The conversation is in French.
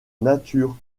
nature